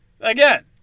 Again